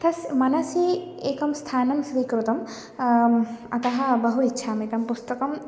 तस्य मनसि एकं स्थानं स्वीकृतम् अतः बहु इच्छमि तं पुस्तकम्